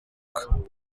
aragaruka